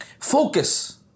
Focus